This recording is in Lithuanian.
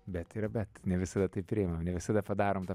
bet yra bet ne visada tai priimam ne visada padarom tą